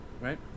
Right